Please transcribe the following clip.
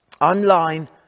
online